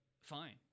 Fine